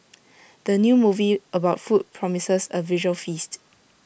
the new movie about food promises A visual feast